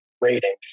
ratings